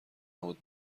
نبود